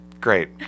great